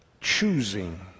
choosing